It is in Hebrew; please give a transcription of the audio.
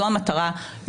זו המטרה.